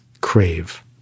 crave